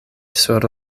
sur